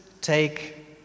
take